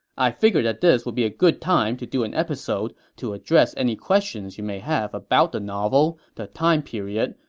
i figured that this would be a good time to do an episode to addressing questions you may have about the novel, the time period,